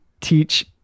teach